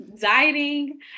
Dieting